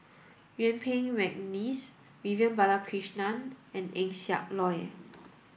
Yuen Peng McNeice Vivian Balakrishnan and Eng Siak Loy